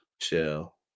Chill